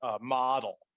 model